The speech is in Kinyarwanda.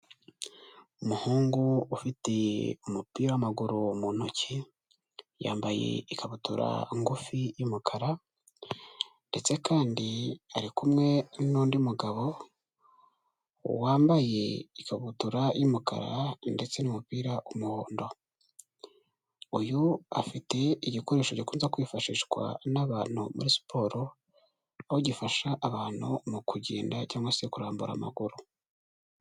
Umuhungu ufite umupira w'maguru mu ntoki, yambaye ikabutura ngufi y'umukara ndetse kandi ari kumwe n'undi mugabo wambaye ikabutura y'umukara ndetse n'umupira w'umuhondo. Uyu afite igikoresho gikunze kwifashishwa n'abantu muri siporo, aho gifasha abantu mu kugenda cyangwa se kurambura amaguru.